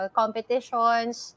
competitions